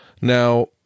Now